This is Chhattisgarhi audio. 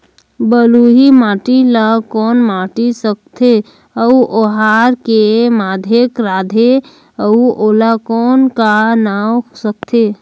बलुही माटी ला कौन माटी सकथे अउ ओहार के माधेक राथे अउ ओला कौन का नाव सकथे?